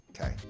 Okay